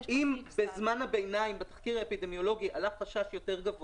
אם בזמן הביניים בתחקיר האפידמיולוגי עלה חשש גדול